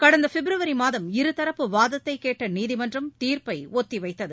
கடந்தபிப்ரவரிமாதம் இருதரப்பு வாதத்தைகேட்டநீதிமன்றம் தீர்ப்பைஒத்திவைத்தது